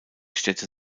städte